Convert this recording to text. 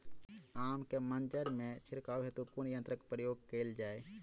आम केँ मंजर मे छिड़काव हेतु कुन यंत्रक प्रयोग कैल जाय?